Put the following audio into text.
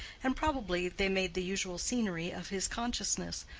and probably they made the usual scenery of his consciousness,